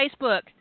Facebook